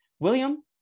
William